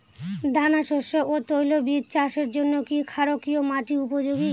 দানাশস্য ও তৈলবীজ চাষের জন্য কি ক্ষারকীয় মাটি উপযোগী?